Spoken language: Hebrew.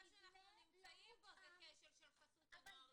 שאנחנו נמצאים בו זה כשל של חסות הנוער לאורך השנים.